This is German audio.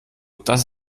das